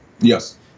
Yes